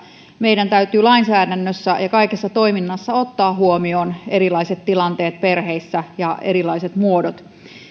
meidän täytyy lainsäädännössä ja kaikessa toiminnassa ottaa huomioon erilaiset tilanteet perheissä ja erilaiset muodot